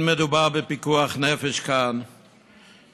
לא היה דבר כזה מאז הקמת המדינה שהממשלה הייתה כל כך זרה גם לחקלאות,